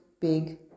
big